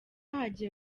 hagiye